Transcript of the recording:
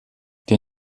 der